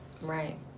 right